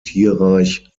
tierreich